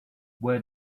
where